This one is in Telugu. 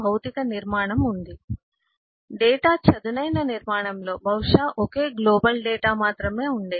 నిర్మాణం ఉంది డేటా చదునైన నిర్మాణంలో బహుశా ఒకే గ్లోబల్ డేటా మాత్రమే ఉండేది